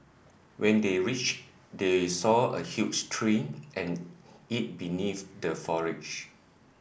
when they reached they saw a huge tree and eat beneath the foliage